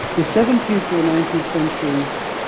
the seventeenth to the nineteenth centuries,